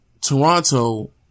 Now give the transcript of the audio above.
Toronto